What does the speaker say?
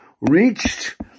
reached